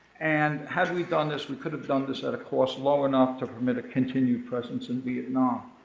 and had we done this, we could have done this at a cost low enough to permit a continued presence in vietnam.